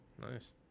Nice